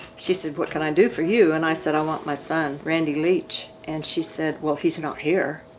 she said, what can i do for you? and i said, i want my son, randy leach. and she said, well, he's not here.